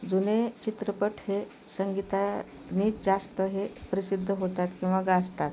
जुने चित्रपट हे संगीतानीच जास्त हे प्रसिद्ध होतात किंवा गाजतात